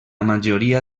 majoria